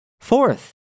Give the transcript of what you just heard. Fourth